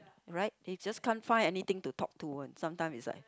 right you just can't find anything to talk to one sometimes is like